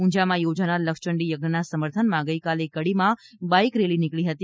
ઉંઝામાં યોજાનાર લક્ષચંડી યજ્ઞના સમર્થનમાં ગઇકાલે કડીમાં બાઇક રેલી નીકળી હતી